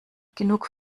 genug